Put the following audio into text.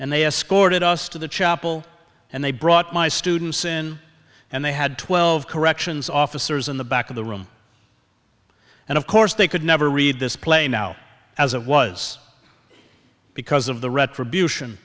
and they escorted us to the chapel and they brought my students in and they had twelve corrections officers in the back of the room and of course they could never read this play now as it was because of the retribution